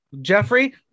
Jeffrey